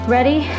Ready